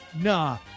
Nah